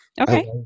Okay